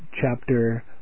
chapter